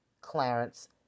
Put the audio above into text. Clarence